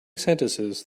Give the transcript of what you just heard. sentences